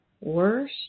worse